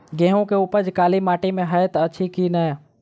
गेंहूँ केँ उपज काली माटि मे हएत अछि की नै?